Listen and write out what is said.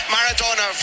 Maradona